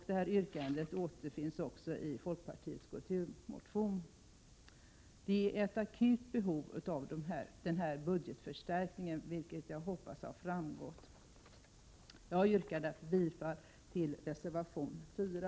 Detta yrkande återfinns också i folkpartiets kulturmotion. Det finns ett akut behov av denna budgetförstärkning, vilket jag hoppas har framgått. Jag yrkar därför bifall till reservation 4.